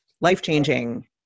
life-changing